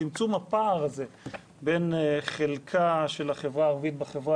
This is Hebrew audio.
צמצום הפער הזה בין חלקה של החברה הערבית בחברה